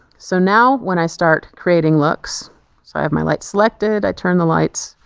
so now when i start creating looks so i have my light selected i turn the lights